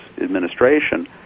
administration